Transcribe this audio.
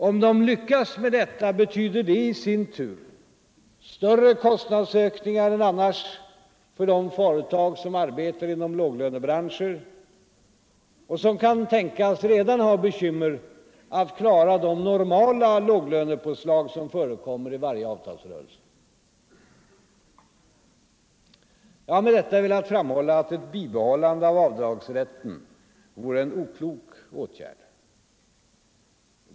Om de lyckas med detta, betyder det i sin tur större kostnadsökningar än annars för de företag som arbetar inom låglönebranscher och som kan tänkas redan ha bekymmer att klara de normala låglönepåslag som förekommer i varje avtalsrörelse. Jag har med detta velat framhålla att ett bibehållande av avdragsrätten vore en oklok åtgärd.